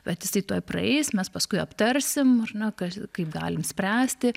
bet jisai tuoj praeis mes paskui aptarsim ar ne kas kaip galim spręsti